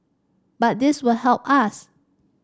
but this will help us